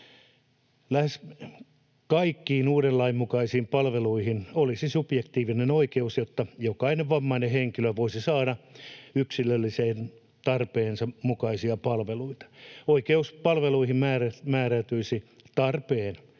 Lähes kaikkiin uuden lain mukaisiin palveluihin olisi subjektiivinen oikeus, jotta jokainen vammainen henkilö voisi saada yksilöllisen tarpeensa mukaisia palveluita. Oikeus palveluihin määräytyisi tarpeen,